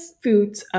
foods